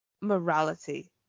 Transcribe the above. morality